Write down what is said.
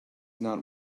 not